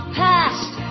past